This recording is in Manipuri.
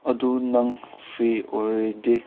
ꯑꯗꯨ ꯅꯪ ꯐ꯭ꯔꯤ ꯑꯣꯏꯔꯗꯤ